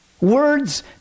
words